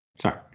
Sorry